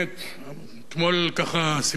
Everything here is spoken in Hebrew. אתמול סיפרה לי זוגתי,